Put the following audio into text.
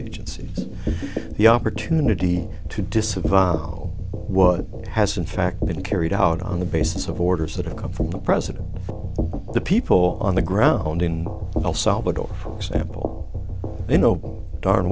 agencies the opportunity to disavow what has in fact been carried out on the basis of orders that have come from the president all the people on the ground in el salvador for example you know darn